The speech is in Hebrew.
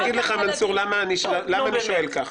אני אגיד לך למה אני שואל כך.